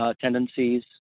tendencies